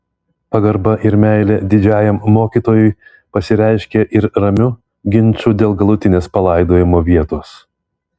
pagarba ir meilė didžiajam mokytojui pasireiškė ir ramiu ginču dėl galutinės palaidojimo vietos